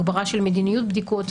הגברה של מדיניות בדיקות,